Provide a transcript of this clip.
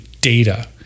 data